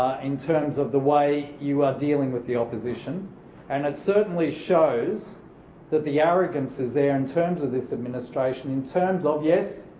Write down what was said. in terms of the way you are dealing with the opposition and it certainly shows that the arrogance is there in terms of this administration in terms of yes,